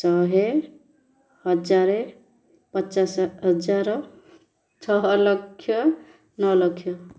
ଶହେ ହଜାର ପଚାଶ ହଜାର ଛଅ ଲକ୍ଷ ନଅ ଲକ୍ଷ